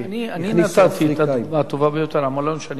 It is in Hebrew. אני נתתי את הדוגמה הטובה ביותר המלון שאני נמצא בו.